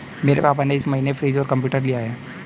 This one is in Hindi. मेरे पापा ने इस महीने फ्रीज और कंप्यूटर लिया है